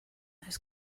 those